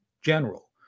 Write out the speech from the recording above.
general